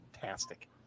fantastic